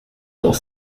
dans